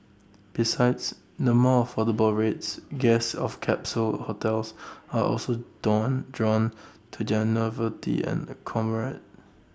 besides the more affordable rates guests of capsule hotels are also down drawn to their novelty and